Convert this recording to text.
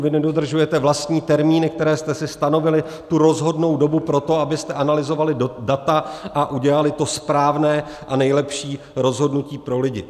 Vy nedodržujete vlastní termíny, které jste si stanovili, tu rozhodnou dobu pro to, abyste analyzovali data a udělali to správné a nejlepší rozhodnutí pro lidi.